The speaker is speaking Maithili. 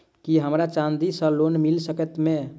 की हमरा चांदी सअ लोन मिल सकैत मे?